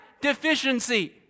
deficiency